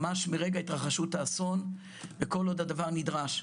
ממש מרגע התרחשות האסון וכל עוד הדבר נדרש,